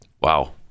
Wow